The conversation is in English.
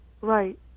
Right